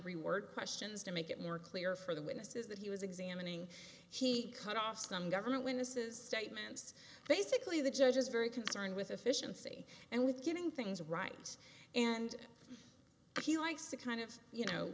reword questions to make it more clear for the witnesses that he was examining he cut off some government witnesses statements basically the judge is very concerned with efficiency and with getting things right and he likes to kind of you know